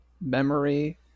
memory